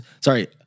Sorry